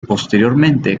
posteriormente